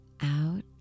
Out